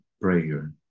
prayer